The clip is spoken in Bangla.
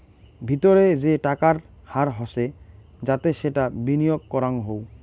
ভিতরে যে টাকার হার হসে যাতে সেটা বিনিয়গ করাঙ হউ